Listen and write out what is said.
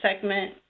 segment